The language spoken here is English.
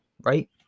right